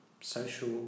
social